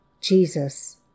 Jesus